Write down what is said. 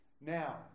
Now